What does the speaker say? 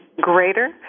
greater